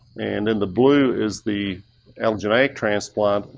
and in the blue is the allogeneic transplant.